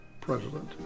president